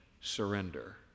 surrender